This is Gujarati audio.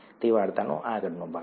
તે વાર્તાનો આગળનો ભાગ છે